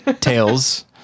Tails